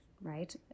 right